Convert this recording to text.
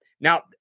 now